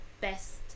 best